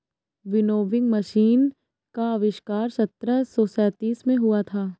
winnowing machine का आविष्कार सत्रह सौ सैंतीस में हुआ था